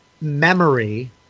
memory